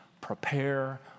prepare